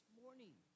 morning